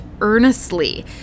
earnestly